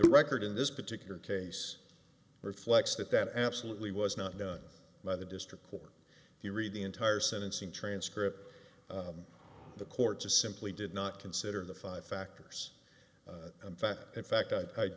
record in this particular case reflects that that absolutely was not done by the district court if you read the entire sentencing transcript the court just simply did not consider the five factors in fact in fact